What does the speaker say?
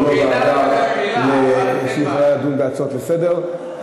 היא לא ועדה שיכולה לדון בהצעות לסדר-היום.